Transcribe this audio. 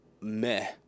meh